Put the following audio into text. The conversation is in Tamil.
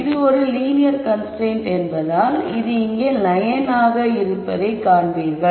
இது ஒரு லீனியர் கன்ஸ்ரைன்ட் என்பதால் இது இங்கே லயன் என்பதை நீங்கள் காண்பீர்கள்